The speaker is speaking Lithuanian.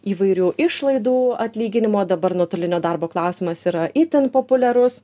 įvairių išlaidų atlyginimo dabar nuotolinio darbo klausimas yra itin populiarus